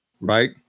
right